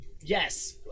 Yes